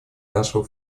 нашего